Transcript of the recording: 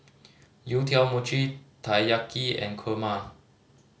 youtiao Mochi Taiyaki and kurma